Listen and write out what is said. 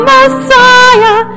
Messiah